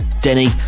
Denny